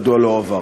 מדוע לא הועבר?